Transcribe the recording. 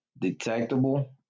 Detectable